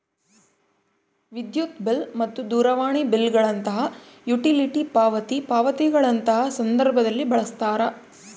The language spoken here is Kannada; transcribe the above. ವಿದ್ಯುತ್ ಬಿಲ್ ಮತ್ತು ದೂರವಾಣಿ ಬಿಲ್ ಗಳಂತಹ ಯುಟಿಲಿಟಿ ಪಾವತಿ ಪಾವತಿಗಳಂತಹ ಸಂದರ್ಭದಲ್ಲಿ ಬಳಸ್ತಾರ